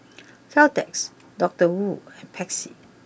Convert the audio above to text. Caltex Doctor Wu and Pepsi